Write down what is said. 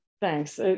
thanks